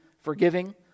forgiving